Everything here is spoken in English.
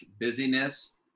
busyness